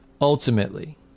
Ultimately